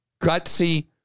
gutsy